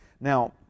Now